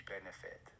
benefit